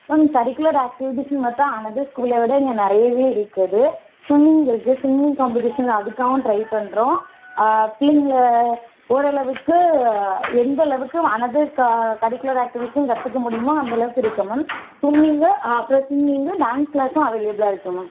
ma'am curricular ஆக்டிவிட்டீஸ்க்கு மட்டும் another ஸ்கூலை விட இங்கே நிறையவே இருக்குது சிங்கிங் இருக்கு சிங்கிங் காம்படிஷனில் அதுக்காகவும் ட்ரை பண்ணுறோம் பிள்ளைங்களை ஓரளவுக்கு எந்த அளவுக்கு அனதர் க கரிக்குலர் ஆக்டிவிட்டீஸ்ஸும் கற்றுக்க முடியுமோ அந்தளவுக்கு இருக்கு மேம் சிங்கிங்கு அப்புறம் சிங்கிங்கு டான்ஸ் க்ளாஸ்ஸும் அவைலபுளாக இருக்கு மேம்